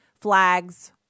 flags